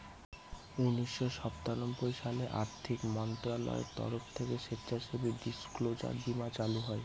উনিশশো সাতানব্বই সালে আর্থিক মন্ত্রণালয়ের তরফ থেকে স্বেচ্ছাসেবী ডিসক্লোজার বীমা চালু হয়